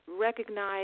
recognize